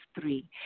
three